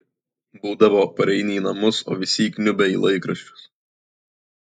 būdavo pareini į namus o visi įkniubę į laikraščius